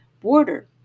border